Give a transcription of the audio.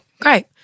great